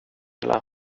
illa